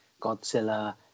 Godzilla